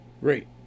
Great